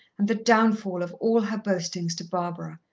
and the downfall of all her boastings to barbara.